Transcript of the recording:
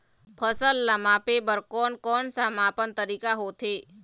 फसल ला मापे बार कोन कौन सा मापन तरीका होथे?